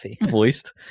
voiced